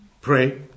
pray